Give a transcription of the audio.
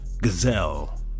Gazelle